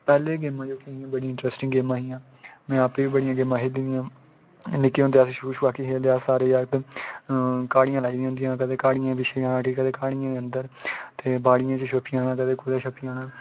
पैह्लें गेम्मां जेह्कियां हियां बड़ियां इंटरस्टिंग गेम्मां हियां में आपें बड़ियां गेम्मां खेढ़ी दियां निक्के होंदे अस छूह् छबाकी खेल्लदे हे अस सारे जागत घाह्ड़ियां लाई दियां होंदियां हियां कदें ते घाह्ड़ियें पिच्छें जाना ओड़ी कदें काह्ड़ियें दे अंदर ते बाड़ियें च छप्पी जाना कदें कुदै छप्पी जाना